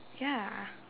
ya